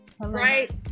right